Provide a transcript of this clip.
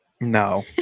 No